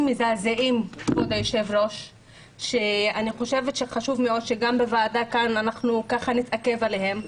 מזעזעים ואני חושבת שחשוב מאוד שגם בוועדה כאן נתעכב עליהם.